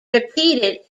repeated